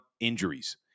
injuries